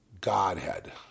Godhead